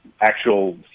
actual